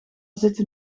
zitten